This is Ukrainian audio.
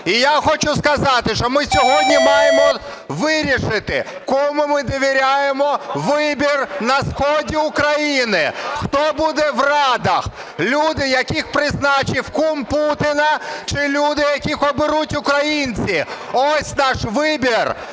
І я хочу сказати, що ми сьогодні маємо вирішити, кому ми довіряємо вибір на сході України, хто буде в радах, люди, яких призначив кум Путіна, чи люди, яких оберуть українці? Ось наш вибір